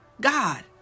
God